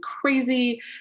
crazy